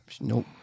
Nope